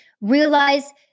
realize